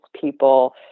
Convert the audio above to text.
people